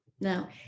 now